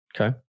Okay